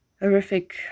horrific